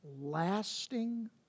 lasting